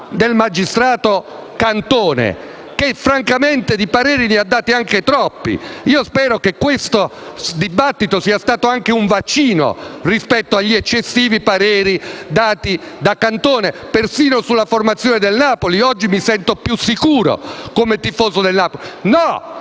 dal magistrato Cantone, che francamente di pareri ne ha dati anche troppi (e spero che questo dibattito sia stato anche un vaccino rispetto agli eccessivi pareri dati da Cantone, che si è espresso persino sulla formazione del Napoli: oggi, come tifoso del Napoli, mi